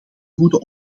goede